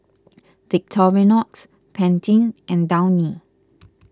Victorinox Pantene and Downy